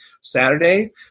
Saturday